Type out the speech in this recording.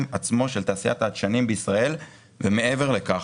עצמו של תעשיית הדשנים בישראל ומעבר לכך,